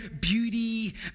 beauty